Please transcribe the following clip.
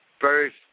first